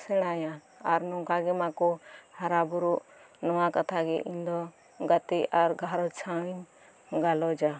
ᱦᱮᱱᱟᱭᱟ ᱟᱨ ᱱᱚᱝᱠᱟ ᱜᱮ ᱢᱟᱠᱚ ᱦᱟᱨᱟ ᱵᱩᱨᱩᱜ ᱱᱚᱶᱟ ᱠᱟᱛᱷᱟᱜᱮ ᱤᱧ ᱫᱚ ᱜᱟᱛᱮ ᱟᱨ ᱜᱷᱟᱨᱚᱧᱡᱽ ᱥᱟᱶ ᱤᱧ ᱜᱟᱞᱚᱪᱟ